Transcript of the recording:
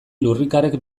lurrikarek